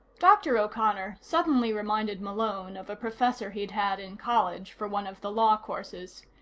dr. o'connor suddenly reminded malone of a professor he'd had in college for one of the law courses.